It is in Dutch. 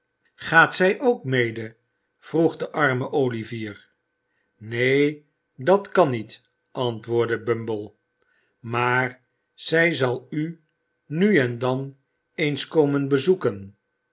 gaat zij ook mede vroeg de arme olivier neen dat kan niet antwoordde bumble maar zij zal u nu en dan eens komen bezoeken